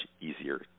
easier